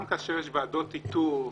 גם כאשר יש ועדות איתור,